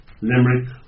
Limerick